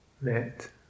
met